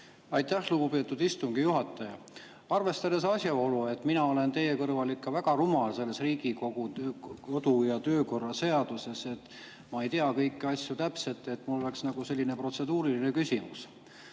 Aitäh, lugupeetud istungi juhataja! Arvestades asjaolu, et mina olen teie kõrval ikka väga rumal Riigikogu kodu‑ ja töökorra seaduse küsimuses, ma ei tea kõiki asju täpselt, on mul selline protseduuriline küsimus.